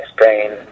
Spain